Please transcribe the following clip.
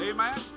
Amen